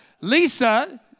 Lisa